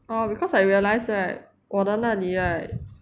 oh because I realized right 我的那里 right